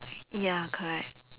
ya correct